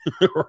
right